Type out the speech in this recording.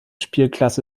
spielklasse